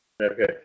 Okay